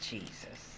Jesus